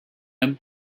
him